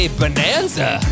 bonanza